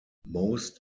most